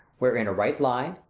whether in a right line,